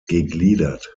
gegliedert